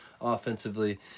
offensively